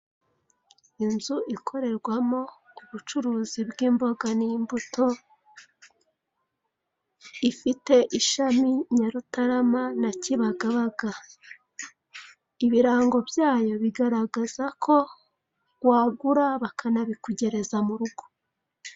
Inzu ikorerwamo ubucuruzi bw'imboga n'imbuto, ifite ishami Nyarutarama na Kibagabaga. Ibirango byayo bigaragaza ko wagura bakanabikugereza mu rugo.